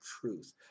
truth